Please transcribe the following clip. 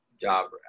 job